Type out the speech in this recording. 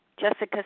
Jessica